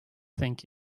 think